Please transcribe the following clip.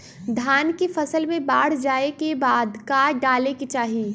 धान के फ़सल मे बाढ़ जाऐं के बाद का डाले के चाही?